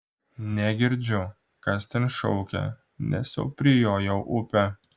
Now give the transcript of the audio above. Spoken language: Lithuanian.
negirdžiu kas ten šaukia nes jau prijojau upę